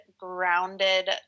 grounded